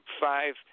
five